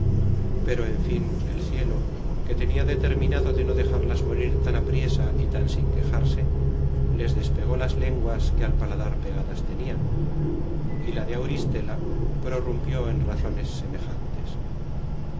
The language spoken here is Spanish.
pero en fin el cielo que tenia determinado de no dejarlas morir tan apriesa y tan sin quejarse les despegó las lenguas que al paladar pegadas tenian y la de auristela prorumpió en razones semejantes